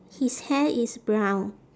his hair is brown